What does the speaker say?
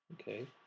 Okay